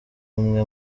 umwe